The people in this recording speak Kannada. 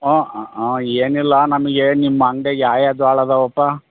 ಒಹ್ ಏನಿಲ್ಲ ನಮಗೆ ನಿಮ್ಮ ಅಂಗ್ಡ್ಯಾಗ ಯಾವ ಯಾವ ಜೋಳ ಅದಾವಪ್ಪ